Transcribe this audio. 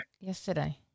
Yesterday